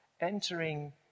entering